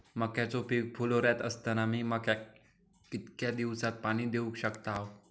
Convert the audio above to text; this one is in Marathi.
मक्याचो पीक फुलोऱ्यात असताना मी मक्याक कितक्या दिवसात पाणी देऊक शकताव?